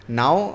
now